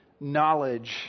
knowledge